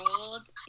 old